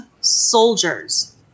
soldiers